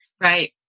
Right